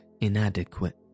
inadequate